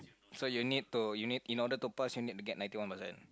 so you need to you need in order to pass you need to get ninety one percent